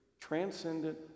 Transcendent